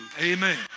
amen